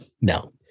No